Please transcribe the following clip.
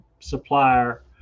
supplier